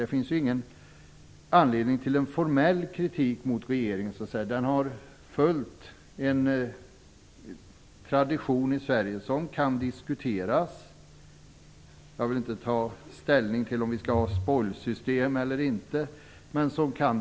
Det finns ingen anledning till någon formell kritik mot regeringen. Den har följt en tradition, som kan diskuteras. Jag vill inte ta ställning till om vi skall ha spoilsystem eller inte.